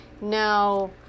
Now